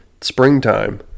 Springtime